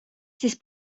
siis